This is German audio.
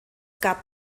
gab